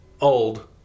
Old